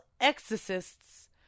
exorcists